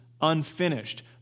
unfinished